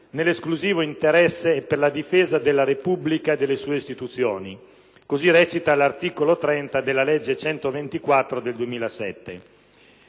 nell'esclusivo interesse e per la difesa della Repubblica e delle sue istituzioni (così recita l'articolo 30 della legge n. 124 del 2007).